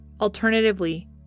Alternatively